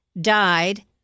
died